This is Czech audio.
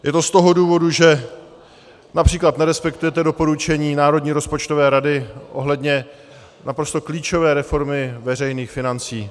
Je to z toho důvodu, že například nerespektujete doporučení Národní rozpočtové rady ohledně naprosto klíčové reformy veřejných financí.